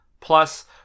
Plus